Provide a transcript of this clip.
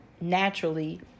naturally